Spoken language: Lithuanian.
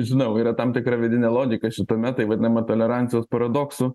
žinau yra tam tikra vidinė logika šitame tai vadinama tolerancijos paradoksu